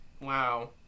Wow